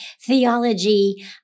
theology